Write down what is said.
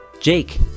Jake